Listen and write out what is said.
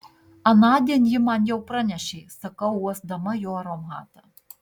anądien ji man jau pranešė sakau uosdama jo aromatą